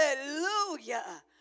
Hallelujah